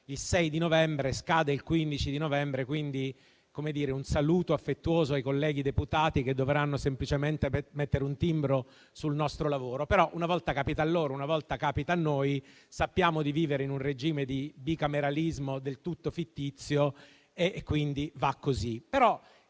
il 6 novembre e scadrà il 15 novembre, quindi rivolgo un saluto affettuoso ai colleghi deputati che dovranno semplicemente mettere un timbro sul nostro lavoro. Però una volta capita a loro e una volta capita a noi: sappiamo di vivere in un regime di bicameralismo del tutto fittizio, quindi va così.